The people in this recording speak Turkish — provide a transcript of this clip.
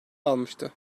almıştı